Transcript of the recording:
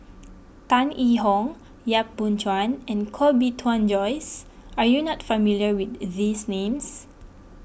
Tan Yee Hong Yap Boon Chuan and Koh Bee Tuan Joyce are you not familiar with these names